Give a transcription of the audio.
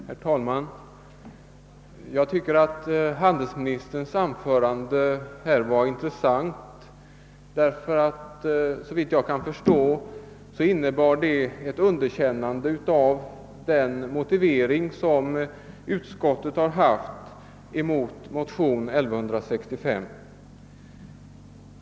Herr talman! Jag tycker att handelsministerns anförande var intressant, därför att det, såvitt jag kan förstå, innebar ett underkännande av den motivering utskottet har anfört mot motionen II: 1165.